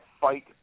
fight